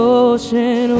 ocean